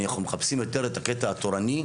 אנחנו מחפשים יותר את הקטע התורני,